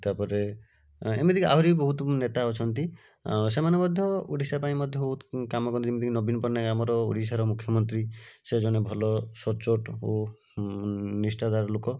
ତାପରେ ଏମିତିକି ଆହୁରି ବହୁତ ନେତା ଅଛନ୍ତି ଆଉ ସେମାନେ ମଧ୍ୟ ଓଡ଼ିଶା ପାଇଁ ବହୁତ କାମ କରିଛନ୍ତି ଯେମିତିକି ନବୀନ ପଟ୍ଟନାୟକ ଆମର ଓଡ଼ିଶାର ମୁଖ୍ୟମନ୍ତ୍ରୀ ସେ ଜଣେ ଭଲ ସଚ୍ଚୋଟ ଓ ନିଷ୍ଠାଧାର ଲୋକ